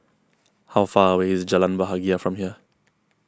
how far away is Jalan Bahagia from here